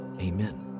amen